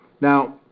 Now